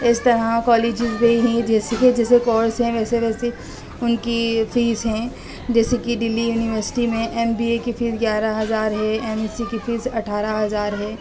اس طرح کالجیز بھی ہیں جیسے کہ جیسے کورس ہیں ویسے ویسے ان کی فیس ہیں جیسے کہ ڈہلی یونیورسٹی میں ایم بی اے کی فیس گیارہ ہزار ہے ایم ایس سی کی فیس اٹھارہ ہزار ہے